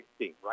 Right